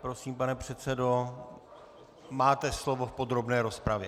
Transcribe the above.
Prosím, pane předsedo, máte slovo v podrobné rozpravě.